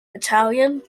italian